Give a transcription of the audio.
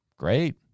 Great